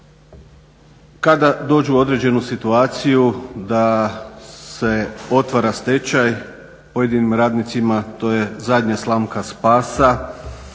Kada dođu u određenu situaciju da se otvara stečaj pojedinim radnicima to je zadnja slamka spasa.